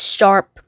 Sharp